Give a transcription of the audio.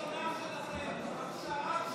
ההצעה הראשונה שלכם, הכשרת